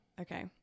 Okay